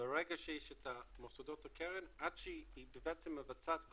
מרגע שיש את מוסדות הקרן עד שהיא בעצם מבצעת את